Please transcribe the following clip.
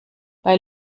bei